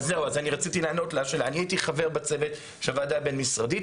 אני הייתי חבר בצוות של הוועדה הבין-משרדית,